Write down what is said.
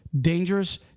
dangerous